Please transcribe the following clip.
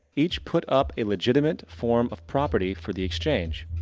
each put up a legitimate form of property for the exchange.